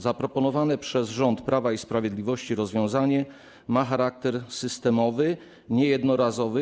Zaproponowane przez rząd Prawa i Sprawiedliwości rozwiązanie ma charakter systemowy, a nie jednorazowy.